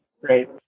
Great